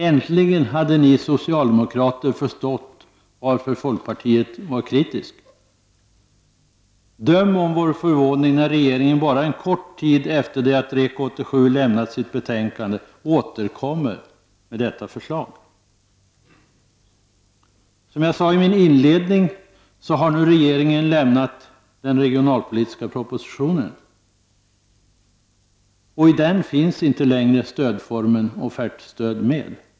Äntligen hade ni socialdemokrater förstått varför folkpartiet var kritiskt. Döm om vår förvåning när regeringen bara en kort tid efter det att REK 87 lämnat sitt betänkande återkommer med detta förslag. Som jag sade i min inledning har regeringen nu avlämnat den regionalpolitiska propositionen. I den finns inte längre stödformen offertstöd med.